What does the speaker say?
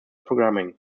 programming